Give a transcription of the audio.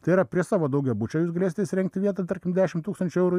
tai yra prie savo daugiabučio jūs gailėsite įsirengti vietą tarkim dešimt tūkstančių eurų